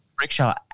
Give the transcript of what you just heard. Rickshaw